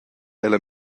ella